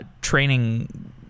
training